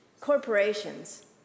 corporations